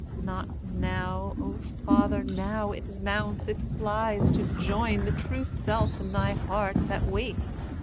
not now, o father! now it mounts, it flies, to join the true self in thy heart that waits,